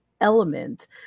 element